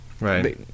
Right